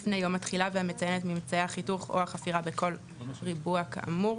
יום התחילה והמציין את ממצאי החיתוך או החפירה בכל ריבוע כאמור,